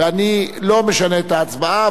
ואני לא משנה את ההצבעה,